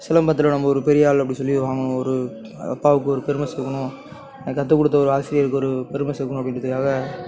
சிலம்பத்தில் நம்ப ஒரு பெரிய ஆள் அப்படி சொல்லி வாங்கணும் ஒரு அப்பாவுக்கு ஒரு பெருமை சேர்க்கணும் கற்று கொடுத்த ஒரு ஆசிரியருக்கு ஒரு பெருமை சேர்க்கணும் அப்படின்றதுக்காக